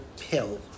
pill